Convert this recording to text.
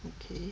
okay